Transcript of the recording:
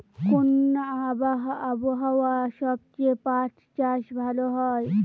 কোন আবহাওয়ায় সবচেয়ে পাট চাষ ভালো হয়?